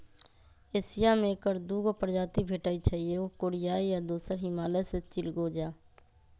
Asia में ऐकर दू गो प्रजाति भेटछइ एगो कोरियाई आ दोसर हिमालय में चिलगोजा